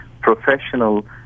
professional